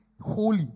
holy